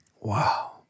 Wow